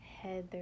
Heather